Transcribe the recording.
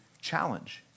challenge